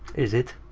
is it?